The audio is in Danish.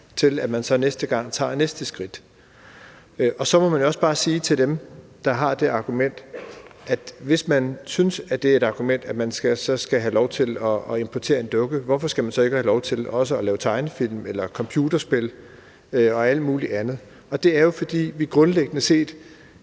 til, at man så næste gang tager næste skridt. Så må man jo også bare sige til dem, der har det argument, at hvis de synes, at det er et argument, at man så skal have lov til at importere en dukke, hvorfor skal man så ikke også have lov til at lave tegnefilm eller computerspil og alt muligt andet? Det er jo, fordi vi grundlæggende set